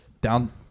down